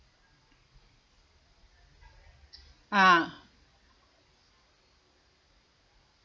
ah